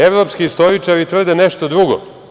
Evropski istoričari tvrde nešto drugo.